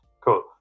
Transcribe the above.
Cool